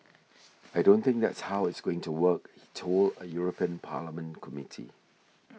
I don't think that's how it's going to work he told a European Parliament Committee